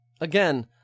Again